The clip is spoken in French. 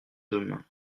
demain